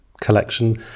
collection